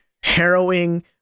harrowing